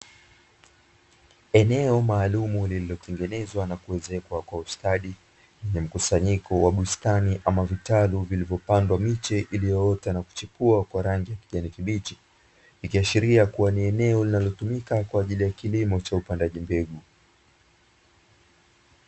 Eneo maalum lililo tengenezwa na kuezekwa kwa ustadi lenye mkusanyiko wa bustani ama vitalu vilivyo pandwa miche iliyo ota na kuchipua kwa rangi ya kijani kibichi. Ikiashiria kuwa ni eneo linalotumika kwa ajili ya kilimo cha upandaji mbegu.